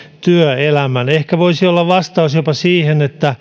työelämän ehkä tämä voisi olla vastaus jopa siihen että